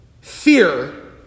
Fear